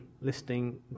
listing